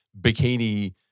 bikini